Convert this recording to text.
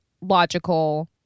logical